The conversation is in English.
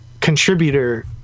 contributor